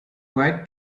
quite